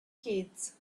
kids